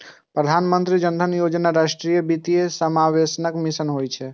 प्रधानमंत्री जन धन योजना राष्ट्रीय वित्तीय समावेशनक मिशन छियै